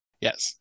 Yes